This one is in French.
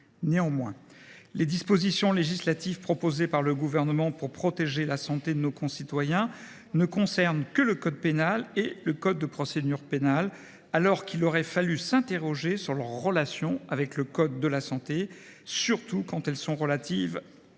Néanmoins, les dispositions législatives qu’il propose pour protéger la santé de nos concitoyens ne s’inscrivent que dans le code pénal et le code de procédure pénale, alors qu’il aurait fallu s’interroger sur leurs relations avec le code de la santé publique, surtout quand elles sont relatives à l’exercice